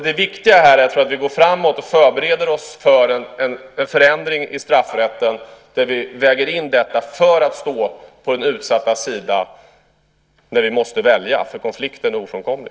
Det viktiga här är att vi går framåt och förbereder oss för en förändring i straffrätten där vi väger in detta för att stå på den utsattas sida när vi måste välja - för konflikten är ofrånkomlig.